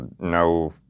no